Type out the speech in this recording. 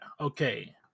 Okay